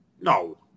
No